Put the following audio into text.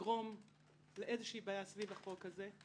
יגרום לאיזושהי בעיה סביב החוק הזה.